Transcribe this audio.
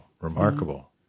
remarkable